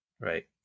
Right